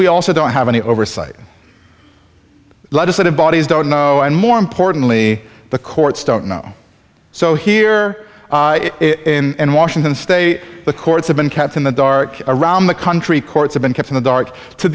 we also don't have any oversight legislative bodies don't know and more importantly the courts don't know so here in washington state the courts have been kept in the dark around the country courts have been kept in the dark to